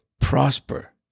prosper